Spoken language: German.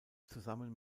zusammen